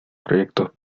proyectos